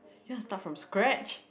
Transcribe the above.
you want to start from scratch